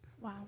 wow